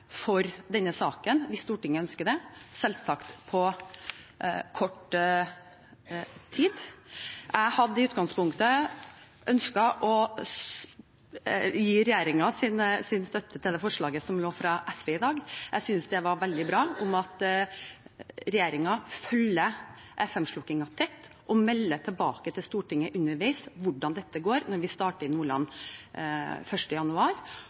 for denne saken hvis Stortinget ønsker det, og selvsagt i løpet av kort tid. Jeg hadde i utgangspunktet ønsket å gi regjeringens støtte til forslaget som forelå fra SV – jeg synes det er veldig bra – om at regjeringen følger FM-slukkingen tett og melder tilbake til Stortinget underveis om hvordan dette går når vi starter i Nordland 1. januar.